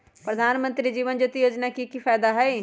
प्रधानमंत्री जीवन ज्योति योजना के की फायदा हई?